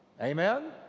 amen